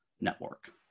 Network